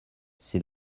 c’est